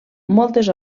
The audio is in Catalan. moltes